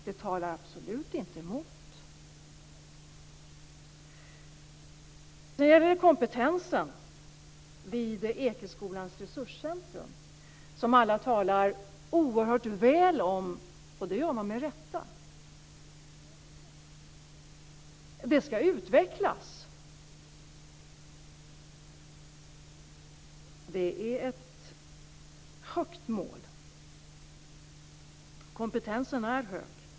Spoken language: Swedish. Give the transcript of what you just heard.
Det talar absolut inte mot. Kompetensen vid Ekeskolans resurscentrum, som alla talar oerhört väl om, och det med rätta, ska utvecklas. Det är ett högt mål; kompetensen är hög.